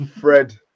fred